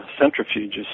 centrifuges